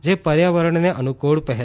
જે પર્યાવરણને અનુકૂળ પહેલ છે